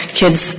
kids